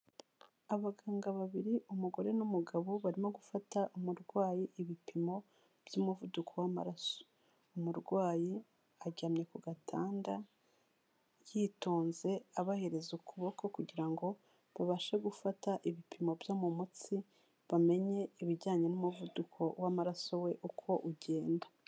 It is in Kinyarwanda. Abaganga babiri umugore n'umugabo barimo gufata umurwayi ibipimo by'umuvuduko w'amaraso, umurwayi aryamye ku gatanda yitonze abahereza ukuboko, kugira ngo babashe gufata ibipimo byo mu mutsi bamenye ibijyanye n'umuvuduko w'amaraso we uko ugenda.